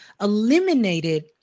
eliminated